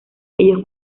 ellos